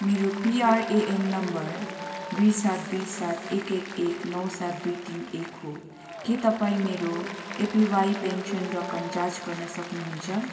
मेरो PRAN number दुई सात दुई सात एक एक एक नौ सात दुई तिन एक हो के तपाईँ मेरो एपिवाई पेन्सन रकम जाँच गर्न सक्नुहुन्छ